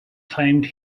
claimed